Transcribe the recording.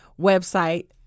website